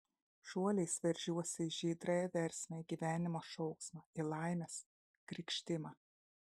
šuoliais veržiuosi į žydrąją versmę į gyvenimo šauksmą į laimės krykštimą